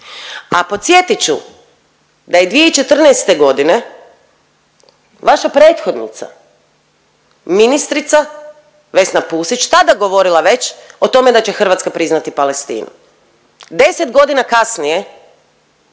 a podsjetit ću da je 2014. godine vaša prethodnica ministrica Vesna Pusić tada govorila već o tome da će Hrvatska priznati Palestinu. 10 godina kasnije